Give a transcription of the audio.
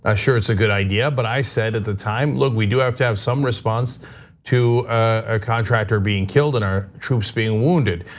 ah sure, it's a good idea. but i said at the time, look, we do have to have some response to a contractor being killed and our troops being wounded.